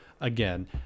again